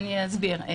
אני אסביר.